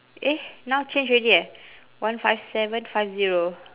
eh now change already eh one five seven five zero